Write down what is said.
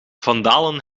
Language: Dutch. vandalen